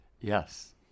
Yes